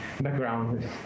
background